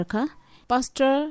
Pastor